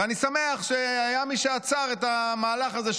ואני שמח שהיה מי שעצר את המהלך הזה,